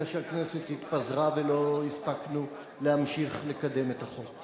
אלא שהכנסת התפזרה ולא הספקנו להמשיך לקדם את החוק.